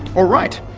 all right,